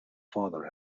father